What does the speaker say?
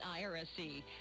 IRSC